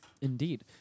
Indeed